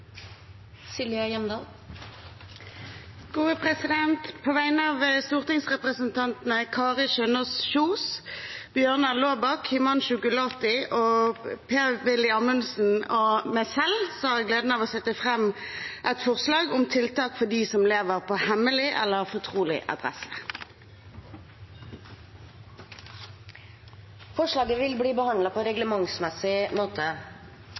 Silje Hjemdal vil framsette et representantforslag. På vegne av stortingsrepresentantene Kari Kjønaas Kjos, Bjørnar Laabak, Himanshu Gulati, Per-Willy Amundsen og meg selv har jeg gleden av å sette fram et forslag om tiltak for de som lever på hemmelig eller fortrolig adresse. Forslaget vil bli behandlet på reglementsmessig måte.